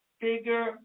bigger